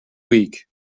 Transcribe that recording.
week